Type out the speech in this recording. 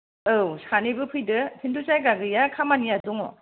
औ सानैबो फैदो खिन्थु जायगा गैया खामानिया दङ